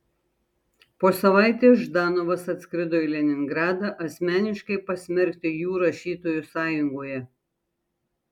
po savaitės ždanovas atskrido į leningradą asmeniškai pasmerkti jų rašytojų sąjungoje